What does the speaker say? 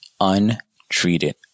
untreated